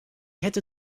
hätte